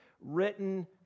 written